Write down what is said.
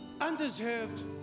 undeserved